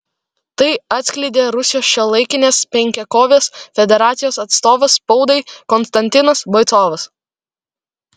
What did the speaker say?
tai atskleidė rusijos šiuolaikinės penkiakovės federacijos atstovas spaudai konstantinas boicovas